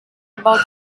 about